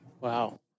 Wow